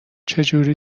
چجوری